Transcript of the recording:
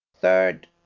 Third